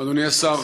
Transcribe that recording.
אדוני השר,